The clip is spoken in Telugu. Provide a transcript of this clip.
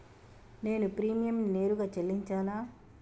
నేను ప్రీమియంని నేరుగా చెల్లించాలా?